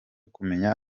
kumenya